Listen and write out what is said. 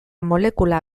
molekula